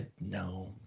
no